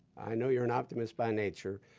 i know you're an optimist by nature.